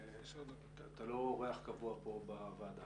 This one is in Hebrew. אתה לא אורח קבוע פה בוועדה.